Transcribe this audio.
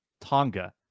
Tonga